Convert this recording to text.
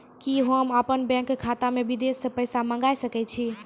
कि होम अपन बैंक खाता मे विदेश से पैसा मंगाय सकै छी?